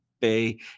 Bay